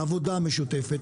העבודה המשותפת,